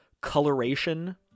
coloration